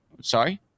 sorry